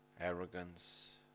arrogance